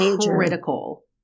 critical